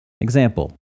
Example